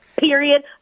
Period